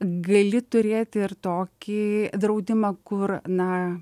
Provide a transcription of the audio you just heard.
gali turėti ir tokį draudimą kur na